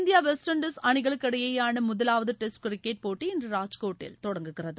India West Indies அணிகளுக்கிடையேயான முதலாவது test cricket போட்டி இன்று ராஜ்கோட்டில் தொடங்குகிறது